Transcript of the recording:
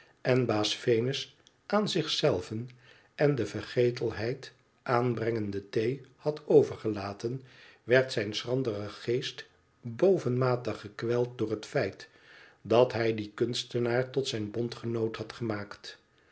en baas venus aan zich zelven en de vergetelheid aanbrengende thee had overgelaten werd zijn schrandere geest bovenmate gekweld door het feit ki hij dien kunstenaar tot zijn bondgenoot had gemaakt